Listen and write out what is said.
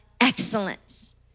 excellence